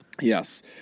yes